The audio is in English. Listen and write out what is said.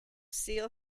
seal